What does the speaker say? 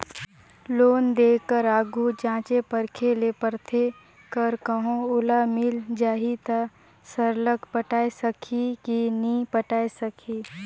loan देय कर आघु जांचे परखे ले परथे कर कहों ओला मिल जाही ता सरलग पटाए सकही कि नी पटाए सकही